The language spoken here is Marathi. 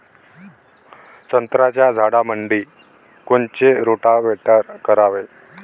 संत्र्याच्या झाडामंदी कोनचे रोटावेटर करावे?